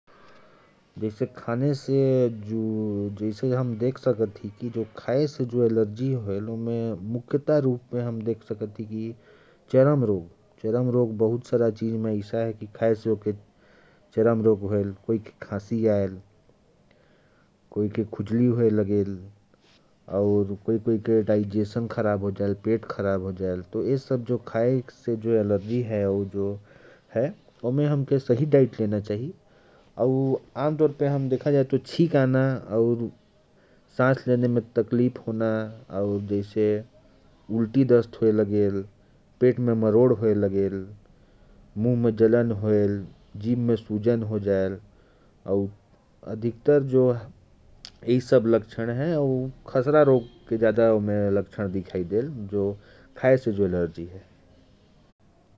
खाने से जो एलर्जी हो जाती है, आम तौर पर देखा जाता है कि चरम रोग, छींक आना, पेट खराब होना, उल्टी होना, दस्त होना और अगर बोला जाए तो चरम रोग का खतरा ज्यादा देखा जाता है।